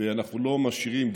ואנחנו לא משאירים,